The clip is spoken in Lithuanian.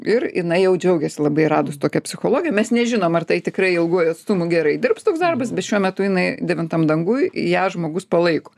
ir jinai jau džiaugiasi labai radus tokią psichologę mes nežinom ar tai tikrai ilguoju atstumu gerai dirbs toks darbas bet šiuo metu jinai devintam danguj ją žmogus palaiko